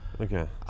Okay